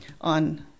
on